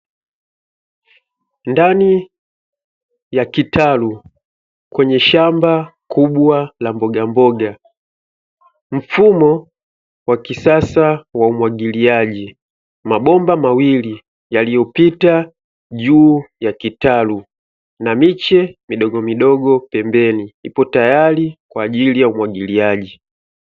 Ndani ya kitalu kwenye shamba kubwa la mbogamboga mfumo wa kisasa wa umwagiliaji, mabomba mawilili yaliyopita juu ya kitalu na miche midogomidogo iliyopita pembeni ipo tayari kwa ajili ya umwagiliaji.